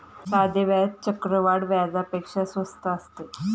साधे व्याज चक्रवाढ व्याजापेक्षा स्वस्त असते